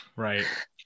Right